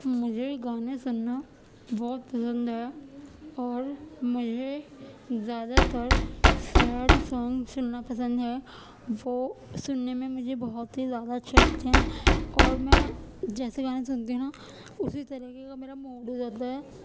مجھے گانے سننا بہت پسند ہے اور مجھے زیادہ تر سیڈ سانگ سننا پسند ہے وہ سننے میں مجھے بہت ہی زیادہ اچھے لگتے ہیں اور میں جیسے گانے سنتی ہوں اسی طریقے کا میرا موڈ ہو جاتا ہے